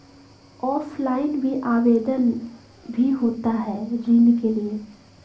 Offline भी आवेदन भी होता है ऋण के लिए?